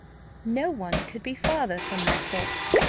no one could be farther from my thoughts,